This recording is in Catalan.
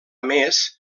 més